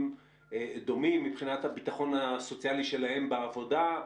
דומים מבחינת הביטחון הסוציאלי שלהם בעבודה,